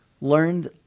learned